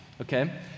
okay